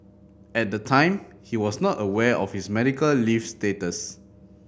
at the time he was not aware of his medical leave status